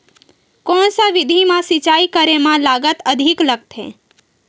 कोन सा विधि म सिंचाई करे म लागत अधिक लगथे?